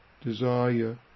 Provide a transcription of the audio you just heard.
desire